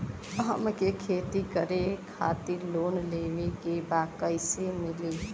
हमके खेती करे खातिर लोन लेवे के बा कइसे मिली?